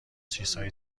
چیزهای